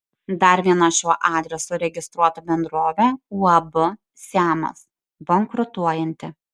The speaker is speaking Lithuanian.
dar viena šiuo adresu registruota bendrovė uab siamas bankrutuojanti